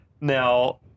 Now